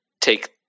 take